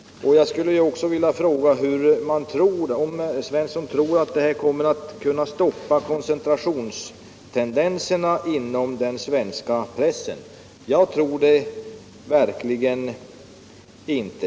Jag skulle vilja fråga om herr Svensson tror att detta kan stoppa koncentrationstendenserna inom den svenska pressen. Jag tror det verkligen inte.